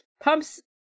pumps